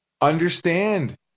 Understand